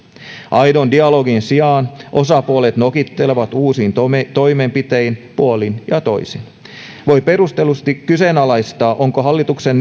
aidon dialogin sijaan osapuolet nokittelevat uusin toimenpitein puolin ja toisin voi perustellusti kyseenalaistaa onko hallituksen